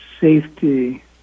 safety